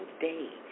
day